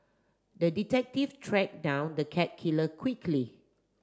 the detective tracked down the cat killer quickly